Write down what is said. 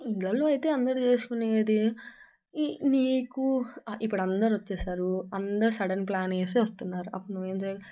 ఇండ్లలో అయితే అందరూ చేసుకునేది ఈ నీకు ఇప్పుడు అందరూ వచ్చేసారు అందరూ సడన్ ప్లాన్ వేసి వస్తున్నారు అప్పుడు నువ్వు ఏం చేయాలి